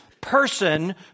person